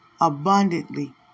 Abundantly